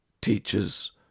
teachers